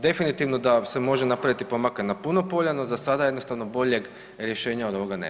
Definitivno da se može napraviti pomaka na puno polja, no za sada jednostavno boljeg rješenja od ovoga nemamo.